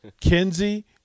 Kenzie